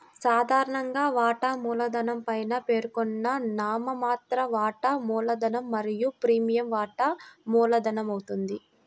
సాధారణంగా, వాటా మూలధనం పైన పేర్కొన్న నామమాత్ర వాటా మూలధనం మరియు ప్రీమియం వాటా మూలధనమవుతుంది